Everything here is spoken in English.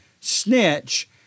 snitch